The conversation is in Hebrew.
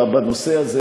בנושא הזה,